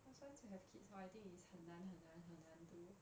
cause once you have kids hor I think it's 很难很难很难 to